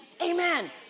Amen